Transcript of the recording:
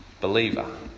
believer